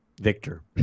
Victor